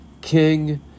King